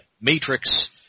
matrix